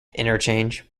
interchange